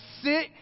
sit